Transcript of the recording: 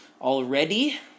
already